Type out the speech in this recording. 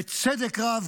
בצדק רב,